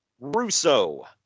russo